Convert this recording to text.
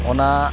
ᱚᱱᱟ